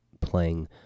playing